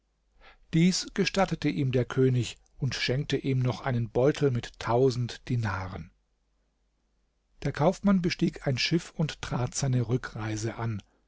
dies gestattete ihm der könig und schenkte ihm noch einen beutel mit tausend dinaren der kaufmann bestieg ein schiff und trat seine rückreise an